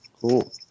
cool